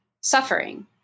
suffering